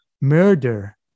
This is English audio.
murder